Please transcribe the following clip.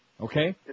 Okay